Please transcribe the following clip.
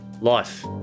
Life